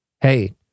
Hey